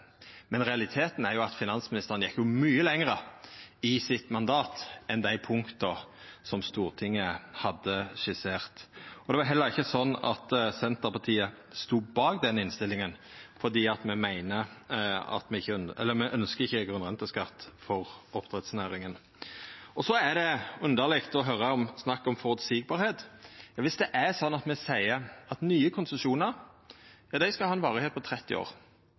men realiteten er at finansministeren gjekk mykje lenger i sitt mandat enn dei punkta som Stortinget hadde skissert. Det var heller ikkje sånn at Senterpartiet stod bak den innstillinga, for me ønskjer ikkje grunnrenteskatt for oppdrettsnæringa. Så er det underleg å høyra snakket om å vera føreseieleg. Dersom me seier at nye konsesjonar skal ha ei varigheit på 30 år,